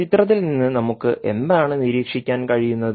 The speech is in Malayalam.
ചിത്രത്തിൽ നിന്ന് നമുക്ക് എന്താണ് നിരീക്ഷിക്കാൻ കഴിയുന്നത്